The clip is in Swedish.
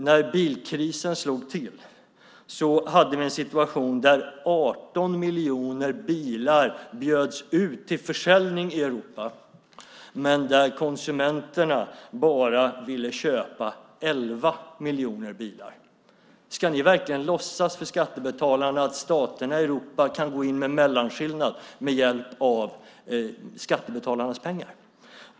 När bilkrisen slog till hade vi en situation där 18 miljoner bilar bjöds ut till försäljning i Europa men där konsumenterna bara ville köpa 11 miljoner bilar. Ska ni verkligen låtsas inför skattebetalarna att staterna i Europa kan gå in med mellanskillnaden med hjälp av skattebetalarnas pengar?